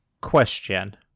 Question